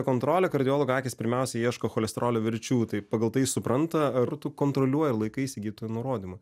kontrolę kardiologą akys pirmiausiai ieško cholesterolio verčių tai pagal tai supranta ar tu kontroliuoji ar laikaisi gydytojo nurodymų